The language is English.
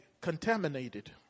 contaminated